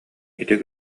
ити